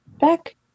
back